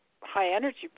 high-energy